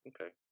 Okay